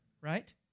right